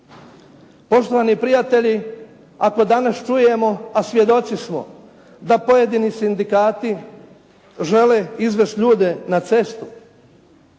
Poštovani prijatelji, ako danas čujemo, a svjedoci smo da pojedini sindikati žele izvesti ljude na cestu,